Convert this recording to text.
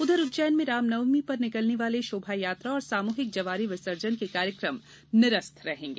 उधर उज्जैन में रामनवमी पर निकलने वाले शोभायात्रा और सामूहिक जवारे विसर्जन के कार्यक्रम निरस्त रहेंगे